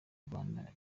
rwanda